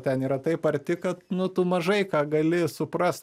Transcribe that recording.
ten yra taip arti kad nu tu mažai ką gali suprast